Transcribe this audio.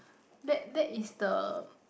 that that is the